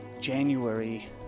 January